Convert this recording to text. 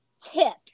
tips